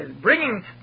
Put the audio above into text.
bringing